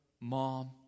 mom